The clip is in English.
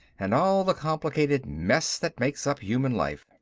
and all the complicated mess that makes up human life.